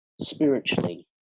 spiritually